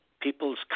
people's